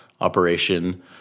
operation